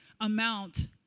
amount